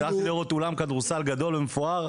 אז הלכתי לראות אולם כדורסל גדול ומפואר,